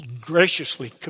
graciously